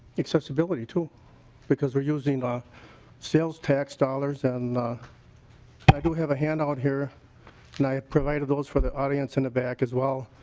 accessibility too because they're using ah sales tax dollars and i do have a handout here and like provided those for the audience in the back as well.